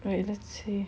ya let's see